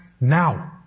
now